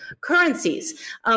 currencies